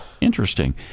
Interesting